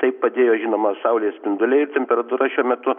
tai padėjo žinoma saulės spinduliai temperatūra šiuo metu